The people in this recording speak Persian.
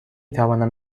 توانم